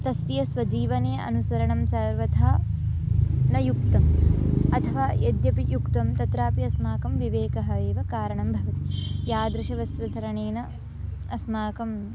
तस्य स्वजीवने अनुसरणं सर्वथा न युक्तम् अथवा यद्यपि युक्तं तत्रापि अस्माकं विवेकः एव कारणं भव यादृशं वस्त्रम् धारणेन अस्माकम्